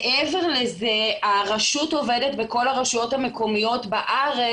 מעבר לזה הרשות עובדת בכל הרשויות המקומיות בארץ